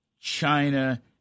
China